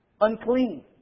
Unclean